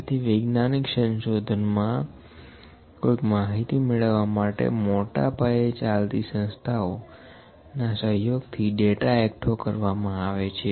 તેથી વૈજ્ઞાનિક સંશોધન મા કોઈક માહિતી મેળવવા માટે મોટા પાયે ચાલતી સંસ્થાઓ ના સહયોગથી ડેટા એકઠો કરવામાં આવે છે